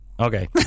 Okay